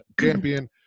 champion